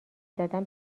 دادن